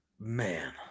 Man